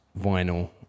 vinyl